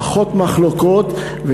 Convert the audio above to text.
ופחות מחלוקות.